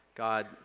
God